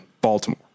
Baltimore